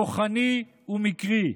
כוחני ומקרי.